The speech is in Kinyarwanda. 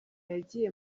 yagiye